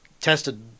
tested